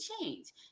change